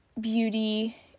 beauty